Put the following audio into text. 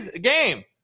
game